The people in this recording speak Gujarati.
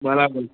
બરાબર